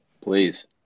Please